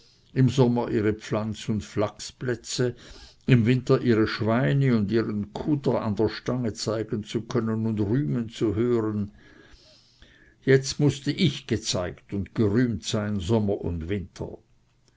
im sommer ihre pflanz und flachsplätze im winter ihre schweine und ihren kuder an der stange zeigen zu können und rühmen zu hören jetzt mußte ich gezeigt und gerühmt sein sommer und winter